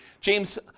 James